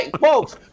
Folks